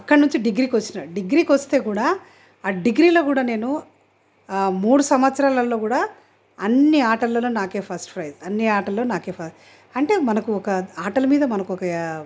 అక్కడ నుంచి డిగ్రీకి వచ్చిన డిగ్రీకి వస్తే కూడా ఆ డిగ్రీలో కూడా నేను మూడు సంవత్సరాలలో కూడా అన్ని ఆటలల్లో నాకే ఫస్ట్ ప్రైజ్ అన్ని ఆటలలో నాకే ఫ అంటే మనకు ఒక ఆటల మీద మనకి ఒక